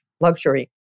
luxury